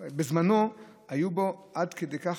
בזמנו היו בו עד כדי כך,